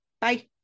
Bye